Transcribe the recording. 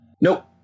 Nope